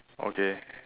okay